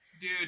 Dude